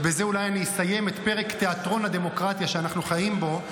ובזה אולי אסיים את פרק תיאטרון הדמוקרטיה שאנחנו חיים בו.